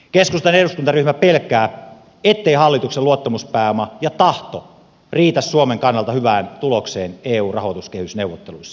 keskustan eduskuntaryhmä pelkää etteivät hallituksen luottamuspääoma ja tahto riitä suomen kannalta hyvään tulokseen eun rahoituskehysneuvotteluissa